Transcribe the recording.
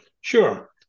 Sure